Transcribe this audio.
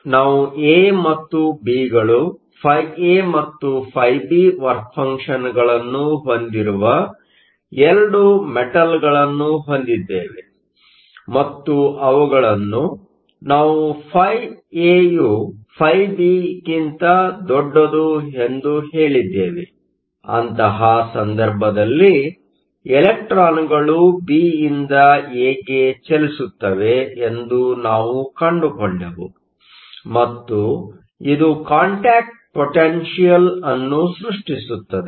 ಆದ್ದರಿಂದ ನಾವು A ಮತ್ತು B ಗಳು φA ಮತ್ತು φB ವರ್ಕ್ ಫಂಕ್ಷನ್ ಗಳನ್ನು ಹೊಂದಿರುವ 2 ಮೆಟಲ್Metalಗಳನ್ನು ಹೊಂದಿದ್ದೇವೆ ಮತ್ತು ಅವುಗಳನ್ನು ನಾವು φA φB ಎಂದೂ ಹೇಳಿದ್ದೇವೆ ಅಂತಹ ಸಂದರ್ಭದಲ್ಲಿಇಲೆಕ್ಟ್ರಾನ್ಗಳು B ಯಿಂದ A ಗೆ ಚಲಿಸುತ್ತವೆ ಎಂದು ನಾವು ಕಂಡುಕೊಂಡೆವು ಮತ್ತು ಇದು ಕಾಂಟ್ಯಾಕ್ಟ್ ಪೊಟೆನ್ಷಿಯಲ್Contact potential ಅನ್ನು ಸೃಷ್ಟಿಸುತ್ತದೆ